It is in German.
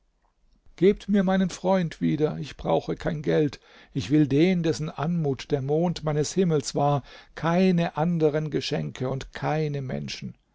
gebt mir meinen freund wieder ich brauche kein geld ich will den dessen anmut der mond meines himmels war keine anderen geschenke und keine menschen